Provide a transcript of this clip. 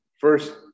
first